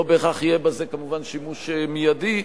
לא בהכרח יהיה בזה כמובן שימוש מיידי,